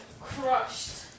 Crushed